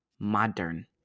modern